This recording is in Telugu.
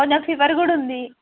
ఇందాక ఫీవర్ కూడా ఉంది